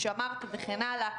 אבל זה גדל מיום ליום בקצב ממש מדאיג.